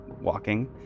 walking